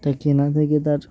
তার কেনা থেকে তার